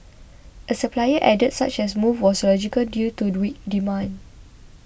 a supplier added such as move was logical due to weak demand